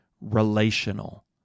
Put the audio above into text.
relational